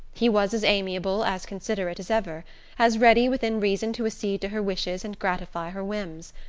he was as amiable, as considerate as ever as ready, within reason, to accede to her wishes and gratify her whims.